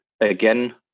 again